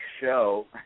show